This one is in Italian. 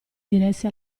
diresse